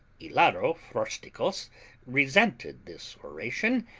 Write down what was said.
hilaro frosticos resented this oration,